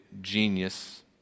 genius